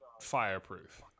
fireproof